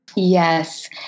Yes